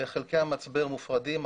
חלקי המצבר מופרדים,